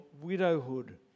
widowhood